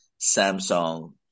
Samsung